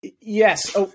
Yes